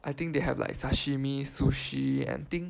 I think they have like sashimi sushi and I think